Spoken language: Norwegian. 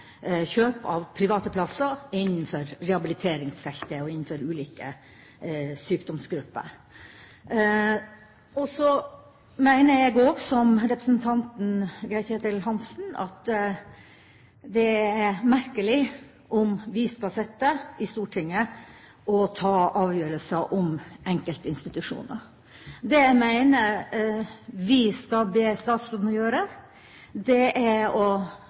kjøp av private plasser innenfor rehabiliteringsfeltet og innenfor ulike sykdomsgrupper. Så mener jeg også, som representanten Geir-Ketil Hansen, at det er merkelig om vi skal sitte i Stortinget og ta avgjørelser om enkeltinstitusjoner. Det jeg mener vi skal be statsråden gjøre, er å